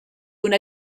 una